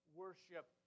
worship